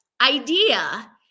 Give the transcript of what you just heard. idea